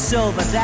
Silver